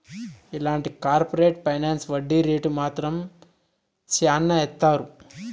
ఇలాంటి corporate finance వడ్డీ rate మాత్రం శ్యానా ఏత్తారు